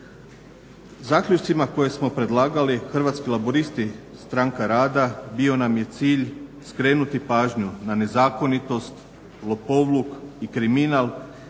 Zaključcima koje smo predlagali Hrvatski laburisti-Stranka rada bio nam je cilj skrenuti pažnju na nezakonitost, lopovluk i kriminal